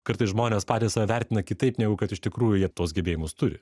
kartais žmonės patys save vertina kitaip negu kad iš tikrųjų jie tuos gebėjimus turi